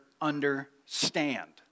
understand